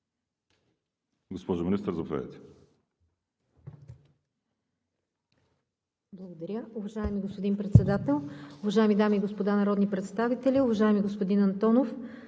Госпожо Министър, заповядайте.